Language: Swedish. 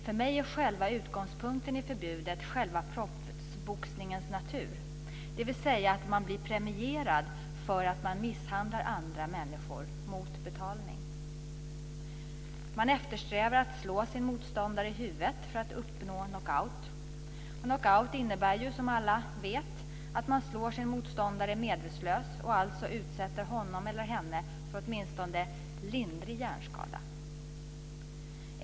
För mig är själva utgångspunkten i förbudet själva proffsboxningens natur, dvs. att man blir premierad för att man misshandlar andra människor mot betalning. Man eftersträvar att slå sin motståndare i huvudet för att uppnå knockout. Knockout innebär ju, som alla vet, att man slår sin motståndare medvetslös och alltså utsätter honom eller henne för åtminstone lindrig hjärnskada.